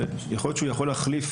שיכול להיות שהוא יכול להחליף